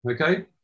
okay